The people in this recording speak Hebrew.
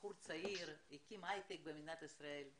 בחור צעיר שהקים היי-טק במדינת ישראל.